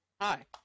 Hi